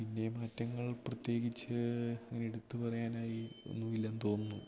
പിന്നെ മാറ്റങ്ങൾ പ്രത്യേകിച്ച് അങ്ങനെ എടുത്ത് പറയാനായി ഒന്നുമില്ലെന്ന് തോന്നുന്നു